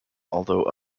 although